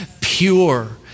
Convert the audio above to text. pure